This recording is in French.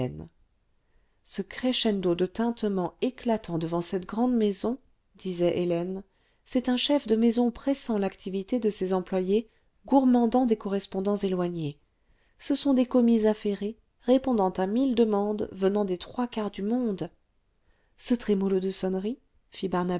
ce crescendo de tintements éclatant devant cette grande maison disait hélène c'est un chef de maison pressant l'activité de ses employés gourmandant des correspondants éloignés ce sont des commis affairés répondant à mille demandes venant des quatre coins du monde ce trémolo de sonneries